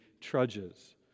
trudges